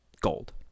gold